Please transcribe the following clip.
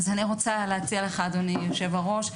אז אני רוצה להציע לך אדוני יושב הראש,